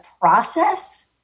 process